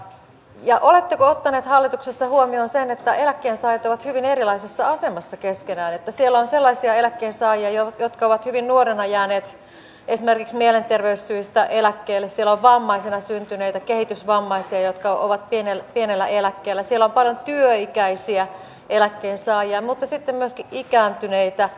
ja oletteko ottaneet hallituksessa huomioon sen että eläkkeensaajat ovat hyvin erilaisessa asemassa keskenään että siellä on sellaisia eläkkeensaajia jotka ovat hyvin nuorena jääneet esimerkiksi mielenterveyssyistä eläkkeelle siellä on vammaisena syntyneitä kehitysvammaisia jotka ovat pienellä eläkkeellä siellä on paljon työikäisiä eläkkeensaajia mutta sitten myöskin ikääntyneitä